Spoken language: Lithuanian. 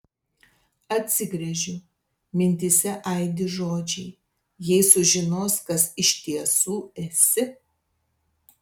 atsigręžiu mintyse aidi žodžiai jei sužinos kas iš tiesų esi